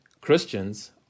Christians